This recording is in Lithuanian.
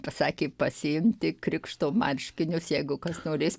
pasakė pasiimti krikšto marškinius jeigu kas norės